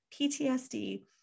PTSD